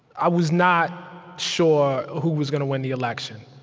i was not sure who was gonna win the election.